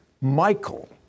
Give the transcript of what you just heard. Michael